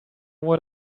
what